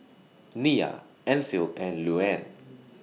Nia Ancil and Luanne